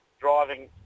driving